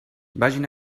vagin